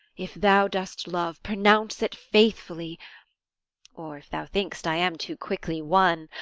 if thou dost love, pronounce it faithfully or if thou thinkest i am too quickly won,